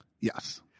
Yes